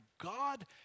God